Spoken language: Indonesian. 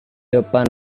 depan